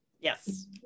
Yes